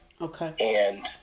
okay